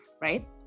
right